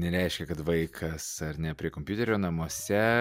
nereiškia kad vaikas ar ne prie kompiuterio namuose